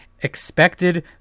Expected